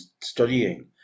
studying